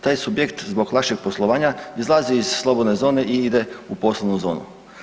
Taj subjekt zbog lakšeg poslovanja izlazi iz slobodne zone i ide u poslovnu zonu.